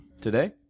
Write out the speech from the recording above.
today